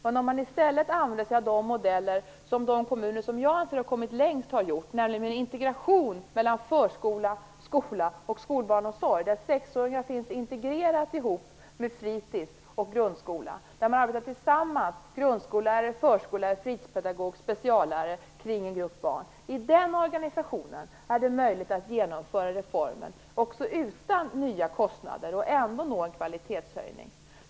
När man i stället använder de modeller som de kommuner som jag anser har kommit längst har gjort, nämligen integration mellan skola, förskola och skolbarnsomsorg - där sexåringar finns integrerat ihop med fritis och grundskola och där man tillsammans använder grundskollärare, förskollärare, fritidspedagog och speciallärare kring en grupp barn - är det möjligt att genomföra reformen också utan nya kostnader och ändå nå en kvalitetshöjning.